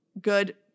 good